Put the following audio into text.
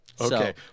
Okay